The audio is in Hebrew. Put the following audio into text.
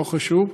לא חשוב,